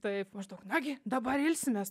taip maždaug nagi dabar ilsimės